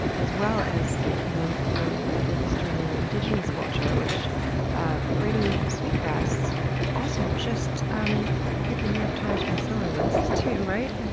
as well as you know your your history and your indigenous culture, which ah braiding sweetgrass also just um hit the new york times bestseller list too, right?